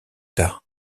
tard